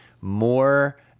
more